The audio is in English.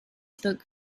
spoke